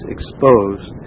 Exposed